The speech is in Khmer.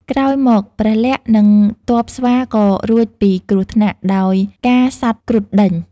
ក្រោយមក ព្រះលក្សណ៍ និងទព័ស្វា ក៏រួចពីគ្រោះថ្នាក់ ដោយការសត្វគ្រុឌដេញ។